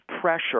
pressure